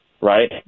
Right